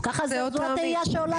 ככה זה אותו תהייה שעולה כאן.